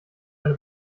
eine